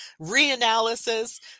reanalysis